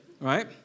Right